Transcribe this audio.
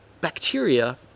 bacteria